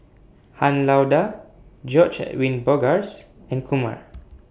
Han Lao DA George Edwin Bogaars and Kumar